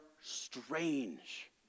Strange